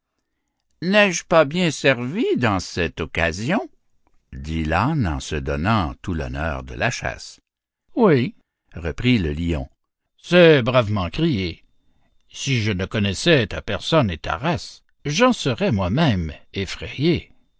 n'ai-je pas bien servi dans cette occasion dit l'âne en se donnant tout l'honneur de la chasse oui reprit le lion c'est bravement crié si je ne connaissais ta personne et ta race j'en serais moi-même effrayé